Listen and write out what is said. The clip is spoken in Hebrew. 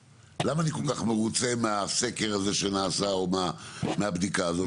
למה אני כל כך מרוצה מהסקר הזה שנעשה או מהבדיקה הזאת?